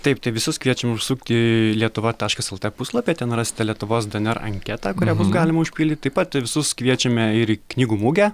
taip tai visus kviečiame užsukti į lietuva taškas lt puslapį ten rasite lietuvos dnr anketą kurią galima užpildyti taip pat visus kviečiame į knygų mugę